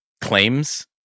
claims